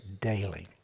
daily